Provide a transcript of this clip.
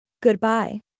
Goodbye